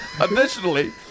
Additionally